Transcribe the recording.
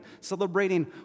celebrating